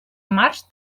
març